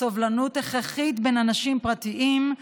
הסובלנות הכרחית בין אנשים פרטיים,